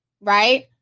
right